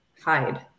hide